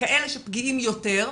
כאלה שפגיעים יותר,